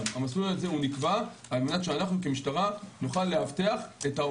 ואני מצטט: "אנחנו מוכנים להרוג את הנשים שלנו,